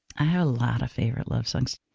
i have a lot of favorite love songs.